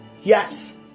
Yes